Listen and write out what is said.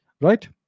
right